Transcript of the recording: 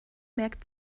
merkt